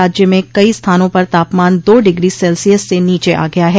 राज्य में कई स्थानों पर तापमान दो डिग्री सेल्सियस से नीचे आ गया है